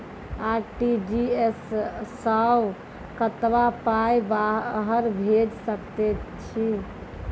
RTGS सअ कतबा पाय बाहर भेज सकैत छी?